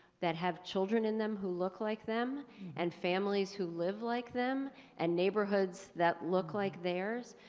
that have children in them who look like them and families who live like them and neighborhoods that look like theirs.